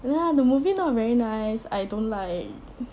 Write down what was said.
ya the movie not very nice I don't like